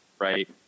right